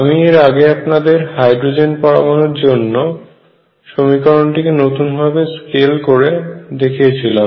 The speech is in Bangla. আমি এর আগে আপনাদের হাইড্রোজেন পরমাণুর জন্য সমীকরণটিকে নতুন ভাবে স্কেল করে দেখিয়েছিলাম